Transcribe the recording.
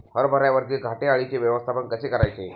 हरभऱ्यावरील घाटे अळीचे व्यवस्थापन कसे करायचे?